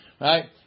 Right